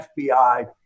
FBI